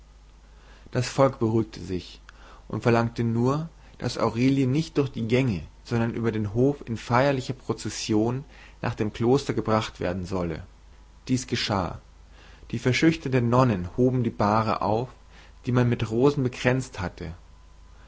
das volk beruhigte sich und verlangte nur daß aurelie nicht durch die gänge sondern über den hof in feierlicher prozession nach dem kloster gebracht werden solle dies geschah die verschüchterten nonnen hoben die bahre auf die man mit rosen bekränzt hatte